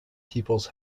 peoples